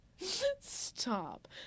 Stop